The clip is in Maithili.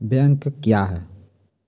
बैंक क्या हैं?